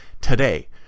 today